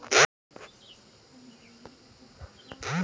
bank के करमचारी के पासबुक देबा त ऊ छाप क बेओरा दे देई